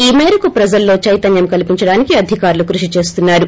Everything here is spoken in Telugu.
ఈ మేరకు ప్రజల్లో చైతన్యం కల్పించదానికి అధికారులు కృషి చేస్తున్నారు